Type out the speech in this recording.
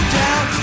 down